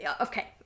Okay